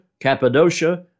Cappadocia